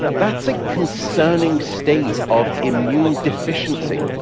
that's a concerning state of immune deficiency,